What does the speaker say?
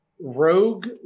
Rogue